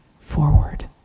forward